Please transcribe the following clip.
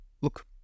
look